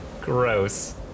Gross